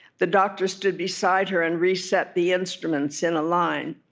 the doctor stood beside her and reset the instruments in a line